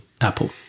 Apple